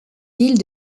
ville